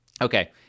Okay